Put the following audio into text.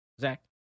Zach